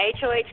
HOH